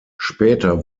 später